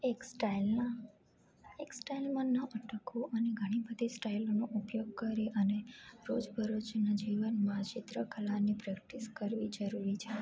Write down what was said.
એક સ્ટાઈલમાં એક સ્ટાઈલમાં ન અટકવું અને ઘણી બધી સ્ટાઈલોનો ઉપયોગ કરી અને રોજબરોજના જીવનમાં ચિત્રકલાની પ્રેક્ટિસ કરવી જરૂરી છે